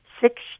six